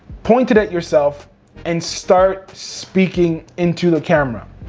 point it at yourself and start speaking into the camera.